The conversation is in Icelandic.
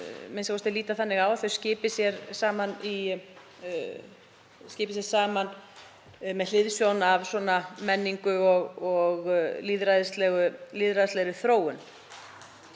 ríki sem líta þannig á að þau skipi sér saman með hliðsjón af menningu og lýðræðislegri þróun.